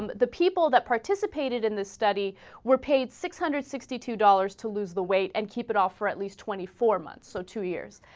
um the people that participated in this study we're paid six hundred sixty two dollars to lose the weight and keep it off for at least twenty four months of so two years